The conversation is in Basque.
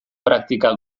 praktika